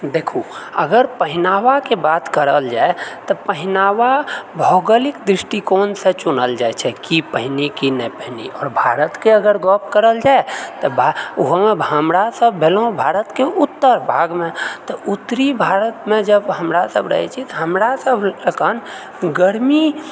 देखू अगर पहिनावाके बात करल जाय तऽ पहिनावा भौगोलिक दृष्टिकोणसँ चुनल जाइत छै की पहिनी की नहि पहिनी आओर भारतके अगर गप करल जाय तऽ ओहोमऽ हमरासभ भेलहुँ भारतके उत्तर भागमे तऽ उत्तरी भारतमे जब हमरासभ रहैत छी तऽ हमरासभ अखन गर्मी